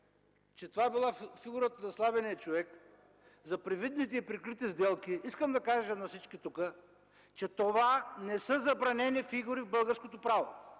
че това била фигурата на сламения човек зад привидните и прикрити сделки, искам да кажа на всички тук, че това не са забранени фигури в българското право